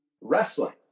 wrestling